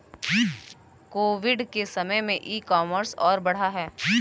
Covid के समय में ई कॉमर्स और बढ़ा है